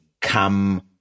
come